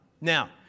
Now